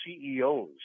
CEOs